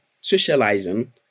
socializing